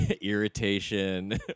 irritation